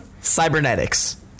Cybernetics